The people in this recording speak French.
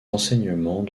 enseignements